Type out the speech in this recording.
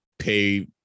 pay